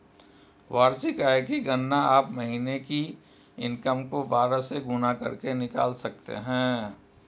वार्षिक आय की गणना आप महीने की इनकम को बारह से गुणा करके निकाल सकते है